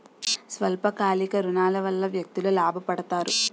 స్వల్ప కాలిక ఋణాల వల్ల వ్యక్తులు లాభ పడతారు